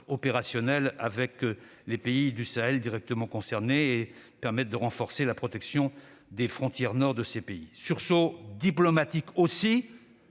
opérationnel avec les pays du Sahel directement concernés et permettre de renforcer la protection des frontières nord de ces pays. Ce somment doit